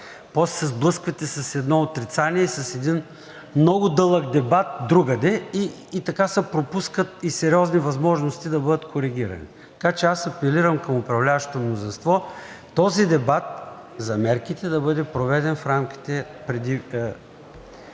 после се сблъсквате с едно отрицание и с един много дълъг дебат другаде, така се пропускат и сериозни възможности да бъдат коригирани. Така че аз апелирам към управляващото мнозинство този дебат за мерките да бъде проведен в рамките преди